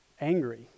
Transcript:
angry